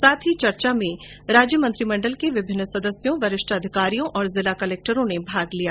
साथ ही चर्चा में राज्य मंत्रिमंडल के विभिन्न सदस्यों वरिष्ठ अधिकारियों और जिला कलेक्टरों ने भी भाग लिया